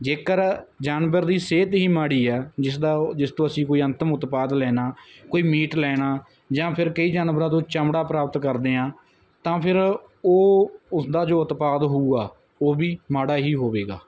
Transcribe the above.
ਜੇਕਰ ਜਾਨਵਰ ਦੀ ਸਿਹਤ ਹੀ ਮਾੜੀ ਆ ਜਿਸ ਦਾ ਉਹ ਜਿਸ ਤੋਂ ਅਸੀਂ ਕੋਈ ਅੰਤਿਮ ਉਤਪਾਦ ਲੈਣਾ ਕੋਈ ਮੀਟ ਲੈਣਾ ਜਾਂ ਫਿਰ ਕਈ ਜਾਨਵਰਾਂ ਤੋਂ ਚਮੜਾ ਪ੍ਰਾਪਤ ਕਰਦੇ ਹਾਂ ਤਾਂ ਫਿਰ ਉਹ ਉਸ ਦਾ ਜੋ ਉਤਪਾਤ ਹੋਵੇਗਾ ਉਹ ਵੀ ਮਾੜਾ ਹੀ ਹੋਵੇਗਾ